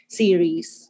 series